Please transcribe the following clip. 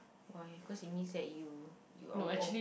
why cause it means that you you are old